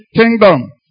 kingdom